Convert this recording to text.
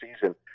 season